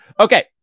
Okay